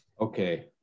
Okay